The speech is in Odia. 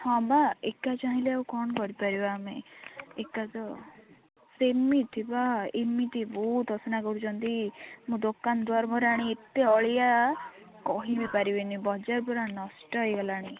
ହଁ ବା ଏକା ଚାହିଁଲେ ଆଉ କ'ଣ କରିପାରିବା ଆମେ ଏକା ତ ସେମିତି ବା ଏମିତି ବହୁତ ଅସୁନା କରୁଛନ୍ତି ମୁଁ ଦୋକାନ ଦୁଆର ମୁହରେ ଆଣିକି ଏତେ ଅଳିଆ କହି ବି ପାରିବିନି ବଜାର ପୁରା ନଷ୍ଟ ହେଇଗଲାଣି